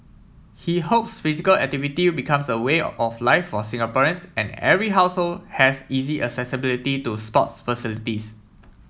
he hopes physical activity becomes a way of life for Singaporeans and every household has easy accessibility to sports facilities